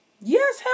yes